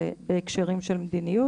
זה בהקשרים של מדיניות,